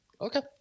Okay